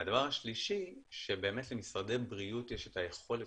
והדבר השלישי הוא שבאמת למשרדי הבריאות יש את היכולת